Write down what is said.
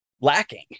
lacking